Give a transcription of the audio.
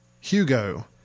Hugo